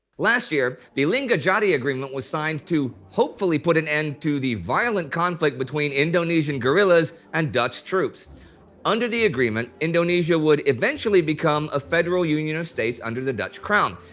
last year, the linggadjati agreement was signed, to hopefully put an end to the violent conflict between indonesian guerillas and dutch troops under the agreement, indonesia would eventually become a federal union of states under the dutch crown,